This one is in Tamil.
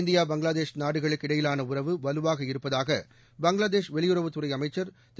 இந்தியா பங்களாதேஷ் நாடுகளுக்கு இடையிலாள உறவு வலுவாக இருப்பதாக பங்களாதேஷ் வெளியுறவுத்துறை அமைச்சர் திரு